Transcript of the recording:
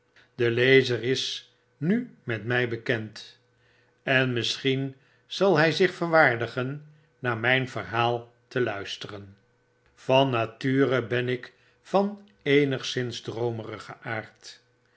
de lezer is nu met my bekend en misschien zal hy zich verwaardigen naar myn verhaal te luisteren van nature ben ik van eenigszins droomerigen